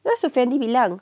kan bilang